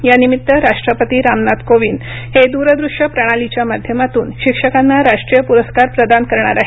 यानिमित्त राष्ट्रपती रामनाथ कोविंद हे द्रदूश्य प्रणालीच्या माध्यमातून शिक्षकांना राष्ट्रीय पुरस्कार प्रदान करणार आहेत